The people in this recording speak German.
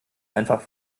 einfach